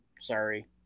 sorry